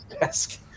desk